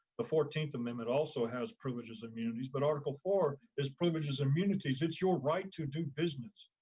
the fourteenth amendment also has privileges immunities, but article four is privileges immunities, it's your right to do business.